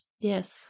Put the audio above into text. Yes